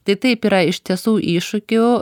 tai taip yra iš tiesų iššūkių